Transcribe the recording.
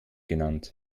genannt